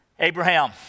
Abraham